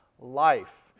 Life